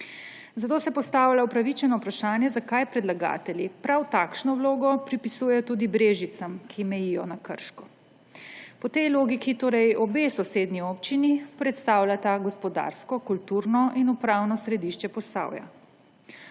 Zato se postavlja upravičeno vprašanje, zakaj predlagatelji prav takšno vlogo pripisujejo tudi Brežicam, ki mejijo na Krško. Po tej logiki torej obe sosednji občini predstavljata gospodarsko, kulturno in upravno središče Posavja.